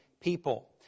people